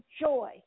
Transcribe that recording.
joy